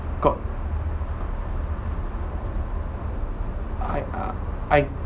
got I I I